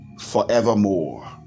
forevermore